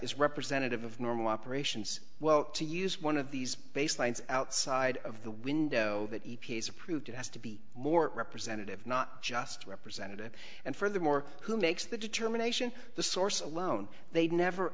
is representative of normal operations well to use one of these base lines outside of the window that each piece approved it has to be more representative not just representative and furthermore who makes the determination the source alone they'd never